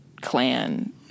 clan